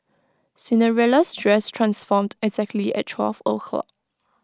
Cinderella's dress transformed exactly at twelve O' clock